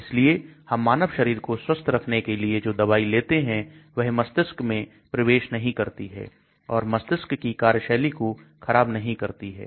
इसलिए हम मानव शरीर को स्वस्थ रखने के लिए जो दवाई लेते हैं वह मस्तिष्क में प्रवेश नहीं करती है और मस्तिष्क की कार्यशैली को खराब नहीं करती है